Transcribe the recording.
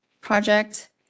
Project